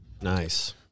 Nice